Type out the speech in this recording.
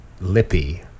Lippy